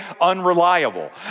unreliable